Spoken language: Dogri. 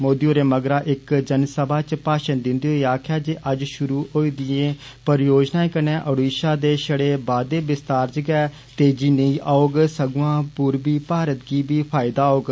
मोदी होरें मगरा इक जनसभा च भाशण दिन्दे होई आक्खेआ जे अज्ज षुरु होई दियें परियोजनाएं कन्नै ओडिषा दे छड़े बाद्दे विस्तार च गै तेजी नेंई आग सगुवां पूर्वी भारत गी बी फायदा होग